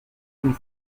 une